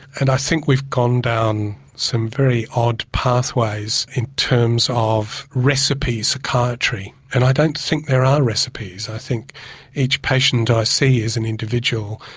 and i think we've gone down some very odd pathways in terms of recipe psychiatry, and i don't think there are recipes. i think each patient i see is an individual,